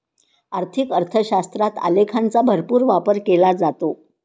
आर्थिक अर्थशास्त्रात आलेखांचा भरपूर वापर केला जातो